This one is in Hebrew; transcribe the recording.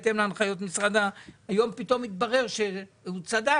בהתאם להנחיות משרד --- היום פתאום התברר שהוא צדק,